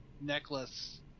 necklace